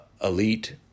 elite